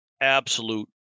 absolute